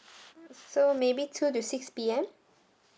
so maybe two to six P_M